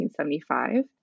1975